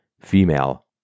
female